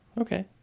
Okay